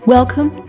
Welcome